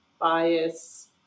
bias